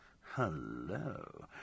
hello